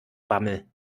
bammel